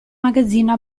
magazzino